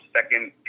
second